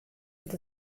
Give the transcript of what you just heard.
dat